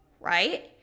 right